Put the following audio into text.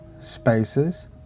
Spaces